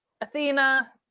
Athena